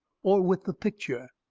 or with the picture.